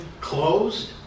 closed